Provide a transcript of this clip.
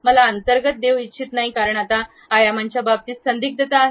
मला अंतर्गत देऊ इच्छित नाही कारण आता आयामांच्या बाबतीत संदिग्धता आहे